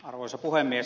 arvoisa puhemies